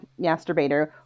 masturbator